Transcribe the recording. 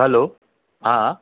hello हा